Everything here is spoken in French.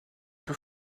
peu